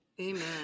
Amen